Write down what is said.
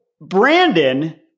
Brandon